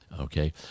okay